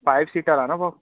five seater आहे न भाउ